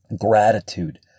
gratitude